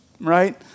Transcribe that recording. right